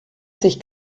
sich